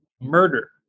murder